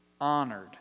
honored